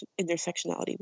intersectionality